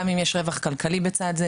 גם אם יש רווח כלכלי בצד זה,